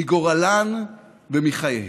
מגורלן ומחייהן.